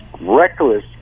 reckless